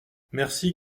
merci